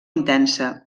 intensa